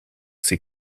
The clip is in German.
sie